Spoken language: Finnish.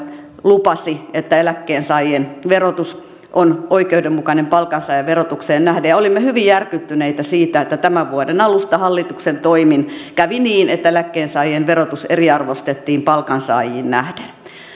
lupasi että eläkkeensaajien verotus on oikeudenmukainen palkansaajan verotukseen nähden olimme hyvin järkyttyneitä siitä että tämän vuoden alusta hallituksen toimin kävi niin että eläkkeensaajien verotus eriarvoistettiin palkansaajiin nähden